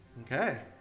Okay